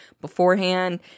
beforehand